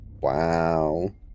Wow